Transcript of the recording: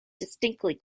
distinctly